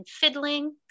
fiddling